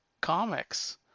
Comics